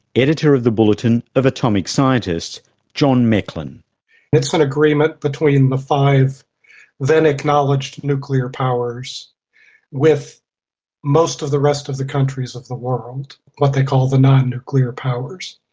editor of the bulletin of atomic scientists john mecklin it's an agreement between the five then-acknowledged nuclear powers with most of the rest of the countries of the world, what they call the non-nuclear powers.